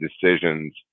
decisions